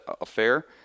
affair